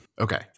Okay